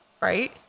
Right